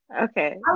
okay